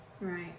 Right